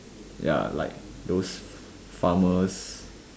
ya like those farmers